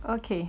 okay